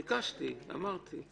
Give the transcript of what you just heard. ביקשתי, אמרתי.